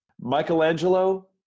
Michelangelo